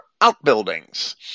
outbuildings